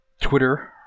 Twitter